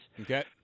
Okay